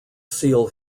seal